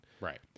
Right